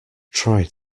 try